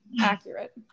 Accurate